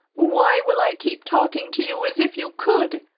why will i keep talking to you as if you could?